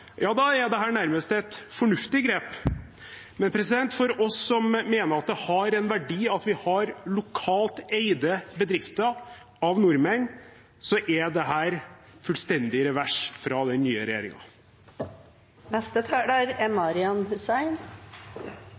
ja, da er dette nærmest et fornuftig grep. Men for oss som mener det har en verdi at vi har lokalt eide bedrifter, bedrifter eid av nordmenn, er dette fullstendig revers fra den nye regjeringen. Tennene er